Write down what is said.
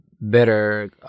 better